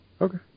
Okay